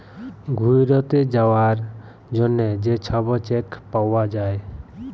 ঘ্যুইরতে যাউয়ার জ্যনহে যে ছব চ্যাক পাউয়া যায়